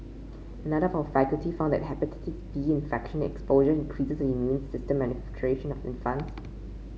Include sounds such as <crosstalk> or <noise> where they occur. another of our faculty found that Hepatitis B infection exposure increases the immune system maturation of infants <noise>